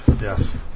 Yes